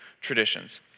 traditions